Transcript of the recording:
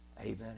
Amen